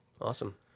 Awesome